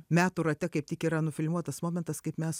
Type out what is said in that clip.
metų rate kaip tik yra nufilmuotas momentas kaip mes